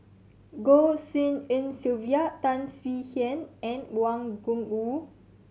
Goh Tshin En Sylvia Tan Swie Hian and Wang Gungwu